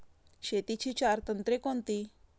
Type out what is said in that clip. शेतीची चार तंत्रे कोणती?